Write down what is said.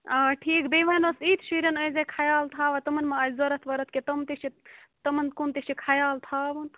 آ ٹھیٖک بیٚیہِ وَن حظ اِتہِ شُرٮ۪ن ٲسۍزِ خیال تھاوان تِمَن ما آسہِ ضوٚرَتھ ووٚرَتھ کیٚنہہ تِم تہِ چھِ تِمَن کُن تہِ چھِ خیال تھاوُن